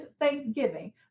thanksgiving